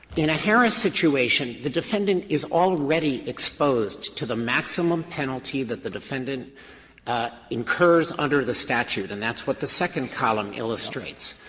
in a harris situation, the defendant is already exposed to the maximum penalty that the defendant incurs under the statute, and that's what the second column illustrates.